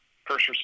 First